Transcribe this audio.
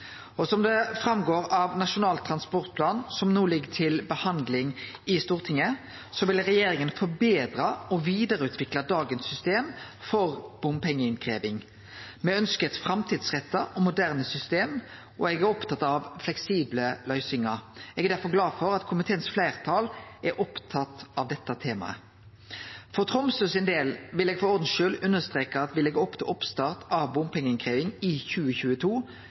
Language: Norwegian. Som det går fram av Nasjonal transportplan, som no ligg til behandling i Stortinget, vil regjeringa forbetre og vidareutvikle dagens system for bompengeinnkrevjing. Me ønskjer eit framtidsretta og moderne system, og eg er opptatt av fleksible løysingar. Eg er derfor glad for at fleirtalet i komiteen er opptatt av dette temaet. For Tromsøs del vil eg for ordens skuld understreke at vi legg opp til oppstart av bompengeinnkrevjing i 2022,